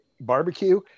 barbecue